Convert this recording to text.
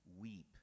weep